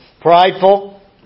Prideful